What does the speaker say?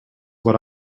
what